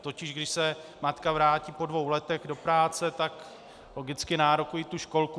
Totiž když se matka vrátí po dvou letech do práce, tak logicky nárokuje tu školku.